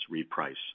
reprice